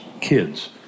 kids